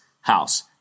house